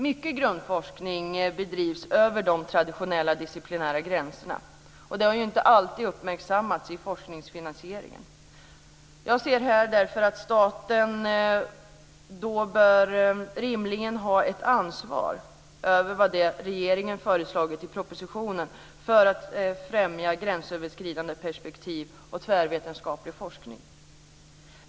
Mycket grundforskning bedrivs över de traditionella disciplinära gränserna, vilket inte alltid uppmärksammas i forskningsfinansieringen. Jag anser därför att staten rimligen bör ha ett ansvar, utöver vad regeringen föreslagit i propositionen, för att främja gränsöverskridande perspektiv och tvärvetenskaplig forskning.